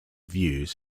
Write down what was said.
views